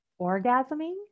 orgasming